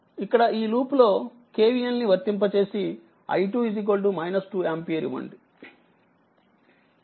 ఇక్కడఈ loop లో KVLని వర్తింప చేసి i2 2ఆంపియర్ ఇవ్వండి